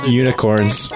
unicorns